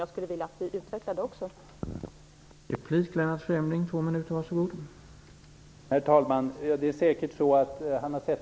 Jag skulle vilja att vi utvecklade den kunskapen också.